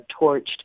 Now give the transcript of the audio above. torched